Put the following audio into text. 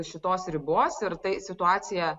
šitos ribos ir tai situacija